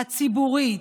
הציבורית,